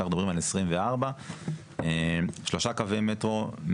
כאן מדברים על 24. שלושה קווי מטרו,